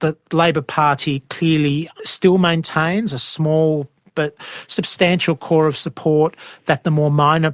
the labor party clearly still maintains a small but substantial core of support that the more minor,